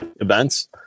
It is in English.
events